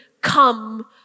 come